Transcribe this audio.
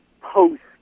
post